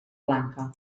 blanca